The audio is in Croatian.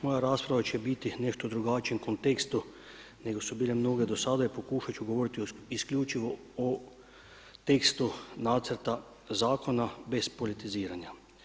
Moja rasprava će biti u nešto drugačijem kontekstu nego su bile mnoge do sada i pokušat ću govoriti isključivo o tekstu nacrta zakona bez politiziranja.